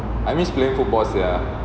I miss playing football sia